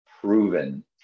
proven